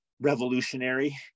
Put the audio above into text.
revolutionary